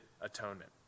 atonement